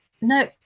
No